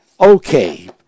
Okay